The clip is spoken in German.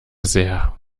sehr